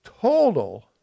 total